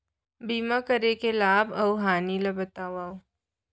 बीमा करे के लाभ अऊ हानि ला बतावव